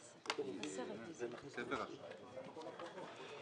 נמצא בתוך ההגדרה של מסגרת אשראי.